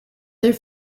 their